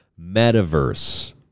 metaverse